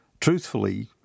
Truthfully